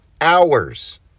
hours